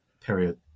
Period